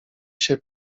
się